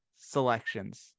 selections